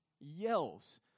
yells